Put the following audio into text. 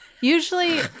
Usually